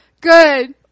good